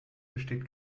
besteht